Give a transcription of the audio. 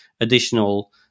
additional